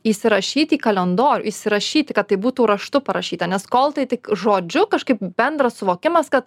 įsirašyti į kalendorių įsirašyti kad tai būtų raštu parašyta nes kol tai tik žodžiu kažkaip bendras suvokimas kad